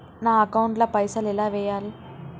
నా అకౌంట్ ల పైసల్ ఎలా వేయాలి?